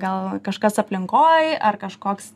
gal kažkas aplinkoj ar kažkoks